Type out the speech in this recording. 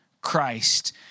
Christ